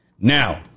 Now